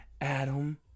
Adam